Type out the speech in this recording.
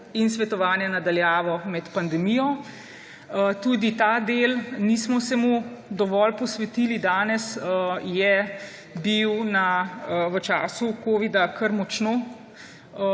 in svetovanja na daljavo med pandemijo. Tudi ta del, nismo se mu dovolj posvetili danes, je bil v času covida kar močno